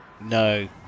No